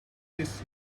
this